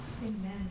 Amen